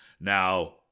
now